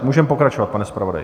Můžeme pokračovat, pane zpravodaji.